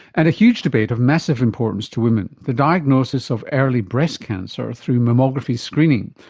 and a huge debate of massive importance to women the diagnosis of early breast cancer through mammography screening.